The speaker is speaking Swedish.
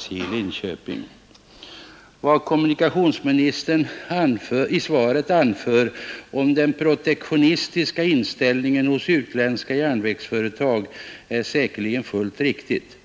nisk utveckling och tillverkning Vad kommunikationsministern i svaret anför om den protektionistiska inställningen hos utländska järnvägsföretag är säkerligen fullt riktigt.